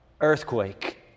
Earthquake